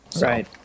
Right